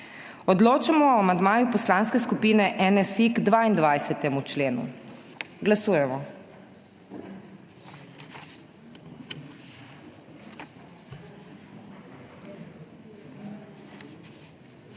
Odločamo o amandmaju Poslanske skupine NSi k 22. členu. Glasujemo.